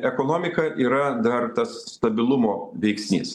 ekonomika yra dar tas stabilumo veiksnys